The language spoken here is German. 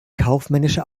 kaufmännische